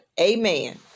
amen